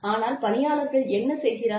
ஆனால் பணியாளர்கள் என்ன செய்கிறார்கள்